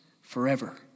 forever